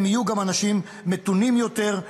יהיו גם אנשים מתונים יותר.